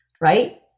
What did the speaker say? right